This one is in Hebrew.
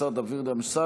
השר דוד אמסלם.